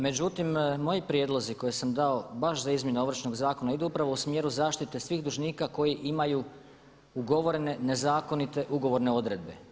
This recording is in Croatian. Međutim, moji prijedlozi koje sam dao baš za izmjene Ovršnog zakona idu upravo u smjeru zaštite svih dužnika koji imaju ugovorene nezakonite ugovorne odredbe.